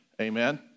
amen